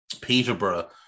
Peterborough